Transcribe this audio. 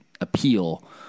appeal